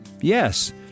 Yes